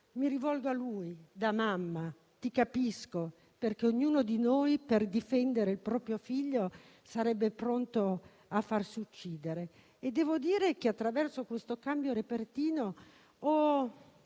(mi rivolgo a lui), da mamma ti capisco, perché ognuno di noi per difendere il proprio figlio sarebbe pronto a farsi uccidere. Attraverso questo cambio repentino devo